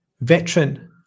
veteran